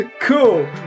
cool